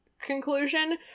conclusion